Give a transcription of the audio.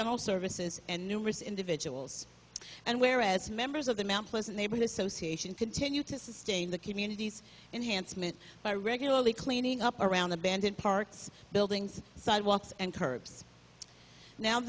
general services and numerous individuals and whereas members of the mt pleasant neighborhood association continue to sustain the community's enhanced meant by regularly cleaning up around the band in parks buildings sidewalks and curbs now